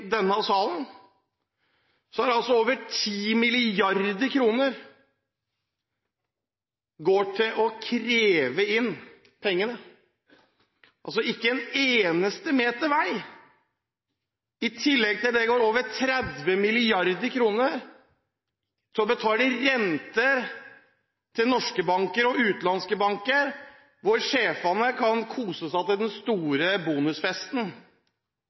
denne salen. Det er ikke blitt penger til en eneste meter vei. I tillegg går over 30 mrd. kr til å betale rente til norske og utenlandske banker, hvor sjefene kan kose seg på den store bonusfesten.